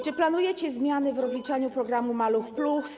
Czy planujecie zmiany w rozliczaniu programu „Maluch+”